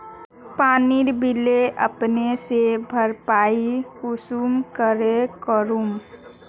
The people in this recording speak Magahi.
पानीर बिल अपने से भरपाई कुंसम करे करूम?